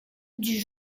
dut